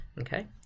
Okay